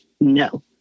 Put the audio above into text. No